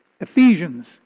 Ephesians